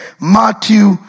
Matthew